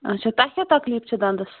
اچھا تۄہہِ کیٛاہ تکلیٖف چھِ دَنٛدَس